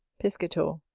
piscator.